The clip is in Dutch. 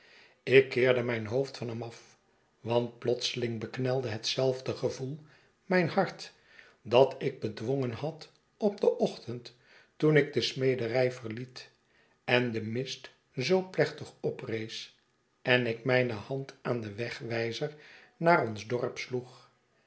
ik keerde mijn hoofd van hem af want plotseling beknelde hetzelfde gevoel mijn hart dat ik bedwongen had op den ochtend toen ik de smederij verliet en de mist zoo plechtig oprees en ik mijne hand aan den wegwijzer naar ons dorp sloeg